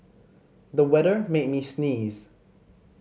the weather made me sneeze